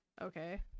Okay